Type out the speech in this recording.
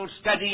study